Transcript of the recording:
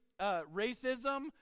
racism